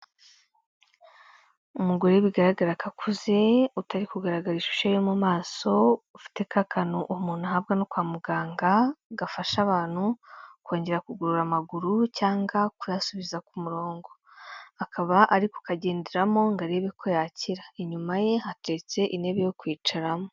Umugore bigaragara ko akuze, utari kugaragaza ishusho yo mu maso, ufite ka kantu umuntu ahabwa no kwa muganga, gafasha abantu kongera kugurora amaguru cyangwa kuyasubiza ku murongo, akaba ari kukagenderamo ngo arebe ko yakira, inyuma ye hateretse intebe yo kwicaramo.